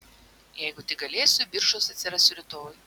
jeigu tik galėsiu biržuos atsirasiu rytoj